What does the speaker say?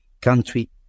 country